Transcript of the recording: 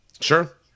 Sure